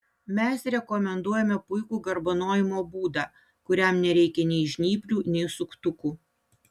mes rekomenduojame puikų garbanojimo būdą kuriam nereikia nei žnyplių nei suktukų